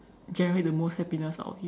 generate the most happiness out of you